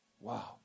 Wow